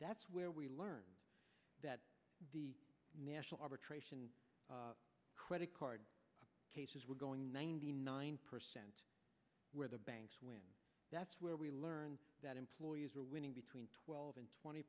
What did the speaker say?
that's where we learned that the national arbitration credit card cases were going ninety nine percent where the banks that's where we learned that employers are winning between twelve and twenty